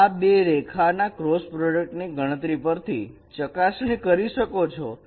તમે આ બે રેખા ના ક્રોસ પ્રોડક્ટની ની ગણતરી પરથી ચકાસણી કરી શકો છો